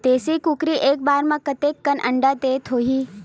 देशी कुकरी एक बार म कतेकन अंडा देत होही?